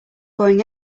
going